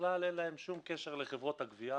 שבכלל אין להם שום קשר לחברות הגבייה